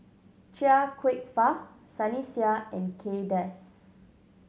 Chia Kwek Fah Sunny Sia and Kay Das